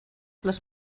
les